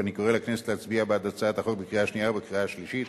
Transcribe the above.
ואני קורא לכנסת להצביע בעד הצעת החוק בקריאה השנייה ובקריאה השלישית